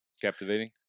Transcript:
captivating